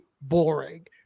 boring